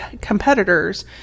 competitors